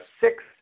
six